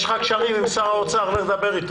יש לך קשרים עם שר האוצר, לך דבר איתו.